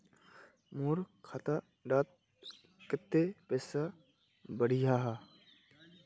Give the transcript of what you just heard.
मोर खाता डात कत्ते पैसा बढ़ियाहा?